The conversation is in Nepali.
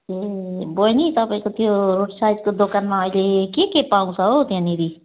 ए बहिनी तपाईँको त्यो रोडसाइडको दोकानमा अहिले के के पाउँछ हौ त्याँनेरि